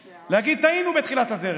להגיד: טעינו בתחילת הדרך.